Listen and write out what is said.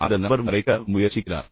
அந்த நபர் மறைக்க முயற்சிக்கிறார்